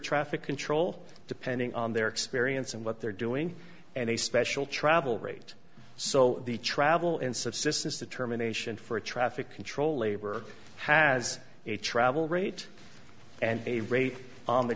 traffic control depending on their experience and what they're doing and a special travel rate so the travel in subsistence determination for traffic control labor has a travel rate and a rate on the